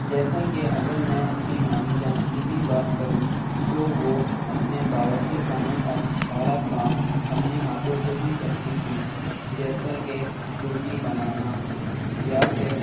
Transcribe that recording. جیسا کہ اگر میں اپنی نانی جان کی ہی بات کروں تو وہ اپنے باورچی خانے کا سارا کام اپنے ہاتھوں سے ہی کرتی تھیں جیسا کہ روٹی بنانا یا پھر